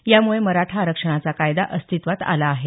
यामुळे मराठा आरक्षणाचा कायदा अस्तित्त्वात आला आहे